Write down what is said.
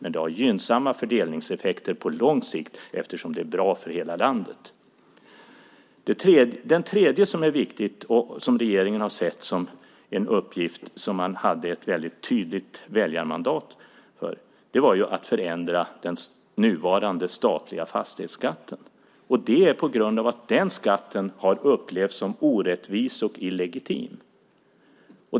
Men det får gynnsamma fördelningseffekter på lång sikt eftersom det är bra för hela landet. Det tredje som är viktigt och som regeringen har sett som en uppgift som den hade ett tydligt väljarmandat för är att förändra den nuvarande statliga fastighetsskatten. Det beror på att den skatten har upplevts som orättvis och illegitim.